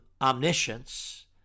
omniscience